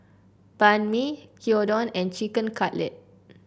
Banh Mi Gyudon and Chicken Cutlet